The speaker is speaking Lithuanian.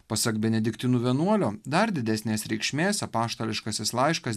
pasak benediktinų vienuolio dar didesnės reikšmės apaštališkasis laiškas